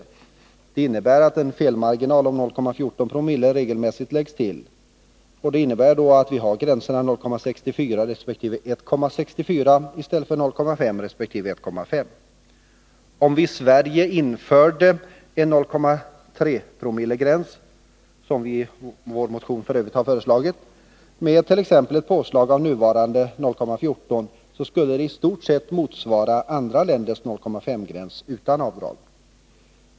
Denna teknik innebär att en felmarginal om 0,14 Zo regelmässigt läggs till. Då har vi gränserna 0,64 resp. 1,64 i stället för 0,5 resp. 1,5. Om vi i Sverige införde en 0,3-promillegräns, som vi i vår motion f. ö. har föreslagit, med t.ex. ett påslag av nuvarande 0,14, skulle det i stort sett motsvara andra länders 0,5-gräns utan avdrag.